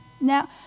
Now